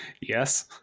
Yes